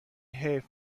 حیف